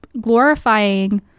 glorifying